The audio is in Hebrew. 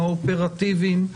האופרטיביים,